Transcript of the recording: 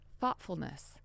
thoughtfulness